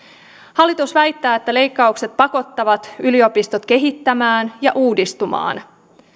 hallitus väittää että leikkaukset pakottavat yliopistot kehittämään ja uudistumaan